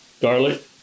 garlic